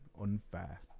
unfair